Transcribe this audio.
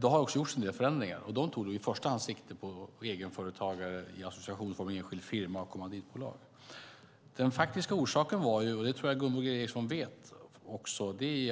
Det har gjorts en del förändringar, och de tog i första hand sikte på egenföretagare i associationsform, enskild firma och kommanditbolag. Den faktiska orsaken är, och det tror jag att Gunvor G Ericson vet,